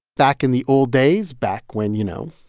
back in the old days back when, you know,